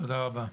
תודה רבה.